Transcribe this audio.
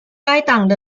该党